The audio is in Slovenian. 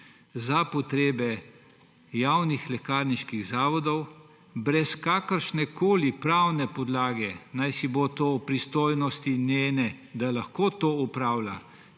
za potrebe javnih lekarniških zavodov, je brez kakršnekoli pravne podlage o njeni pristojnosti, da lahko to opravlja,